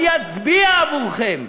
אני אצביע עבורכם".